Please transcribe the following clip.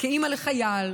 כאימא לחייל,